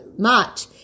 march